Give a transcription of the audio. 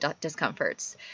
discomforts